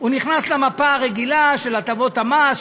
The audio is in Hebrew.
נכנסים למפה הרגילה של הטבות המס,